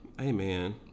Amen